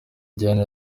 diane